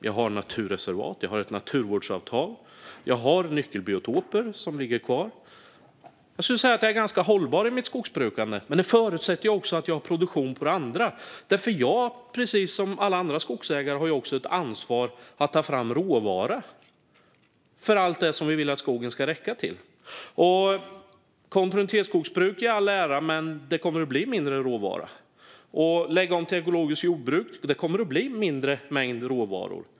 Jag har naturreservat. Jag har ett naturvårdsavtal. Jag har nyckelbiotoper som ligger kvar. Jag skulle säga att jag är ganska hållbar i mitt skogsbruk. Det förutsätter dock att jag har produktion på det andra, för precis som alla andra skogsägare har jag också ett ansvar att ta fram råvara för allt det som vi vill att skogen ska räcka till. Kontinuitetsskogsbruk i all ära, men det kommer att bli mindre råvara. Även med en omläggning till ekologiskt jordbruk kommer det att bli en mindre mängd råvara.